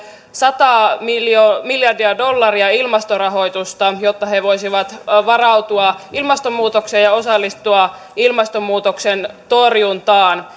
sata miljardia dollaria ilmastorahoitusta jotta he voisivat varautua ilmastonmuutokseen ja osallistua ilmastonmuutoksen torjuntaan